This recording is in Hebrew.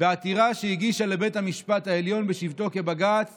בעתירה שהגישה לבית המשפט העליון בשבתו כבג"ץ